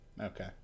Okay